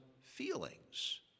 feelings